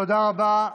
תודה רבה.